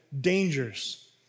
dangers